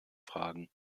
fragen